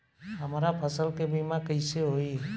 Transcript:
हमरा फसल के बीमा कैसे होई?